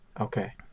Okay